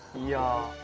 young.